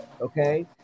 okay